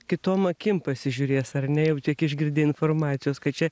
kitom akim pasižiūrės ar ne jau tiek išgirdę informacijos kad čia